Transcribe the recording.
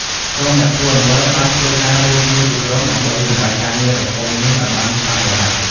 ក្រុមអ្នកធ្វើអំបិលបានធ្វើការរួមគ្នាជាក្រុមដើម្បីសម្រេចការងារដ៏ធំនេះឲ្យបានឆាប់រហ័ស។